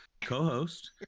co-host